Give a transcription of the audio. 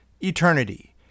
eternity